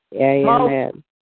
Amen